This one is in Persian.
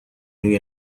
روی